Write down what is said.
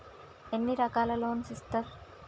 ఎన్ని రకాల లోన్స్ ఇస్తరు?